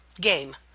game